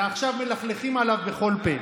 ועכשיו מלכלכים עליו בכל פה.